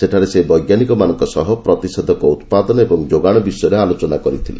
ସେଠାରେ ସେ ବୈଜ୍ଞାନିକମାନଙ୍କ ସହ ପ୍ରତିଷେଧକ ଉତ୍ପାଦନ ଓ ଯୋଗାଣ ବିଷୟରେ ଆଲୋଚନା କରିଥିଲେ